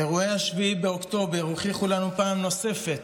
אירועי 7 באוקטובר הוכיחו לנו פעם נוספת